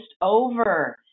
over